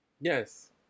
Yes